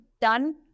done